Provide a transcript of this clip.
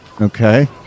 Okay